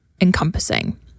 encompassing